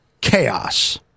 chaos